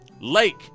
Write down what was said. lake